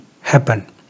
happen